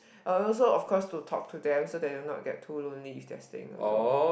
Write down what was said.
also of course to talk to them so that they will not get too lonely if they are staying alone